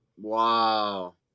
wow